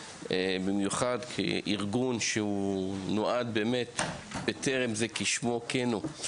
במיוחד כארגון שהוא נועד באמת 'בטרם' זה כשמו כן הוא.